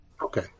Okay